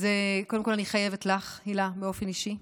אז קודם כול אני חייבת לך, הילה, באופן אישי,